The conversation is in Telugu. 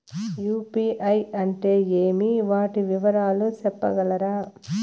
యు.పి.ఐ అంటే ఏమి? వాటి వివరాలు సెప్పగలరా?